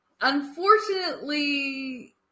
unfortunately